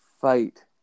fight